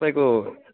तपईँको